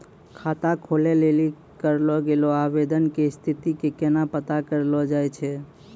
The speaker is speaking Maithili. खाता खोलै लेली करलो गेलो आवेदन के स्थिति के केना पता करलो जाय छै?